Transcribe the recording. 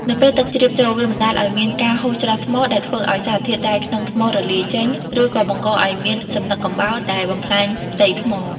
នៅពេលទឹកជ្រាបចូល វាបណ្ដាលឱ្យមានការហូរច្រោះថ្ម ដែលធ្វើឱ្យសារធាតុរ៉ែក្នុងថ្មរលាយចេញ ឬក៏បង្កឱ្យមានកំណកកំបោរដែលបំផ្លាញផ្ទៃថ្ម។